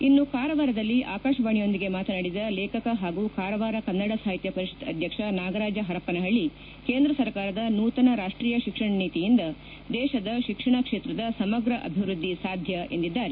ಇನ್ನು ಕಾರವಾರದಲ್ಲಿ ಆಕಾಶವಾಣೆಯೊಂದಿಗೆ ಮಾತನಾಡಿದ ಲೇಖಕ ಹಾಗೂ ಕಾರವಾರ ಕನ್ನಡ ಸಾಹಿತ್ಯ ಪರಿಷತ್ ಅಧ್ಯಕ್ಷ ನಾಗರಾಜ ಹರಪ್ಪನಹಳ್ಳಿ ಕೇಂದ್ರ ಸರ್ಕಾರದ ನೂತನ ರಾಷ್ಟೀಯ ಶಿಕ್ಷಣ ನೀತಿಯಿಂದ ದೇಶದ ಶಿಕ್ಷಣ ಕ್ಷೇತ್ರದ ಸಮಗ್ರ ಅಭಿವೃದ್ದಿ ಸಾಧ್ಯ ಎಂದಿದ್ದಾರೆ